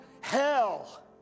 hell